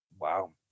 wow